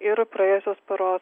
ir praėjusios paros